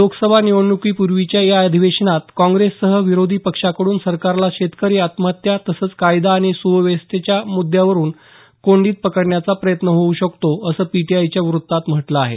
लोकसभा निवडणुकीपूर्वीच्या या अधिवेशनात काँग्रेससह विरोधीपक्षांकडून सरकारला शेतकरी आत्महत्या तसंच कायदा आणि सुव्यवस्थेच्या मुद्यावरून कोंडीत पकडण्याचा प्रयत्न होऊ शकतो असं पीटीआयच्या वृत्तात म्हटलं आहे